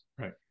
Right